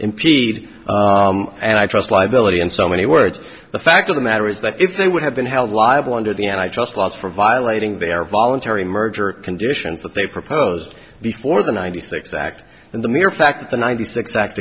impede and i trust liability in so many words the fact of the matter is that if they would have been held liable under the and i just was for violating their voluntary merger conditions that they proposed before the ninety six act and the mere fact that the ninety six